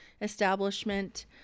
establishment